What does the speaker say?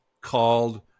called